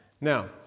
Now